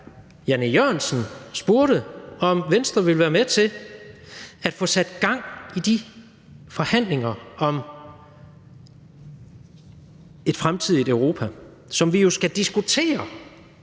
Jan E. Jørgensen spurgte, om Venstre ville være med til få sat gang i de forhandlinger om et fremtidigt Europa, som vi jo i forvejen